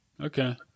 Okay